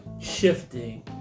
shifting